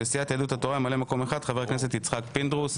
לסיעת יהדות התורה ממלא מקום אחד: חבר הכנסת יצחק פינדרוס.